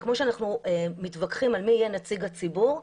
כמו שאנחנו מתווכחים על מי יהיה נציג הציבור,